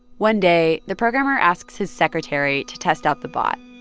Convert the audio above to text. one day, the programmer asks his secretary to test out the bot.